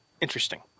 interesting